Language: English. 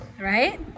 right